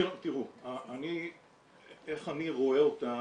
איך אני רואה אותה,